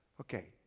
Okay